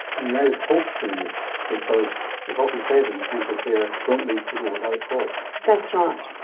and you added hope to the mix, because it's often said in cancer care, don't leave people without hope. that's right.